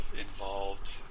involved